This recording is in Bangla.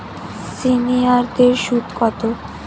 সিনিয়ারদের সুদ কত?